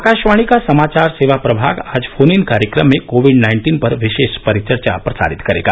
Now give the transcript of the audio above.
आकाशवाणी का समाचार सेवा प्रभाग आज फोन इन कार्यक्रम में कोविड नाइन्टीन पर विशेष परिचर्चा प्रसारित करेगा